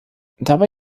dabei